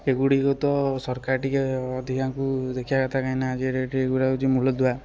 ଏଗୁଡ଼ିକ ତ ସରକାର ଟିକିଏ ଅଧିକାଙ୍କୁ ଦେଖିବା କଥା କାହିଁକିନା ଆଜିକା ଡେଟ୍ରେ ଏଗୁଡ଼ା ହେଉଛି ମୂଳଦୁଆ